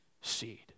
seed